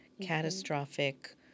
catastrophic